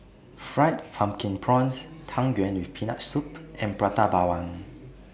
Fried Pumpkin Prawns Tang Yuen with Peanut Soup and Prata Bawang